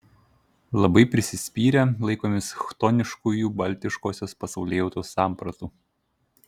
labai prisispyrę laikomės chtoniškųjų baltiškosios pasaulėjautos sampratų